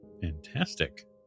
fantastic